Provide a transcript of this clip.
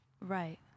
Right